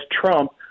Trump